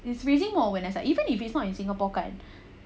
it's raising more when even if it's not in singapore kan